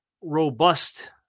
robust